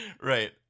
Right